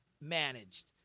managed